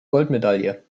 goldmedaille